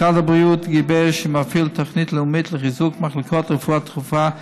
משרד הבריאות גיבש ומפעיל תוכנית לאומית לחיזוק מחלקות לרפואה דחופה,